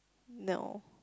no